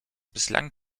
bislang